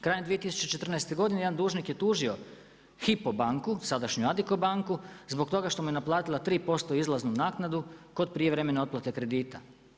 Krajem 2014. godine, jedan dužnik je tužio HIPO banku, sadašnju Adico banku zbog toga što mu je naplatila 3% izlaznu naknadu kod prijevremene otplate kredita.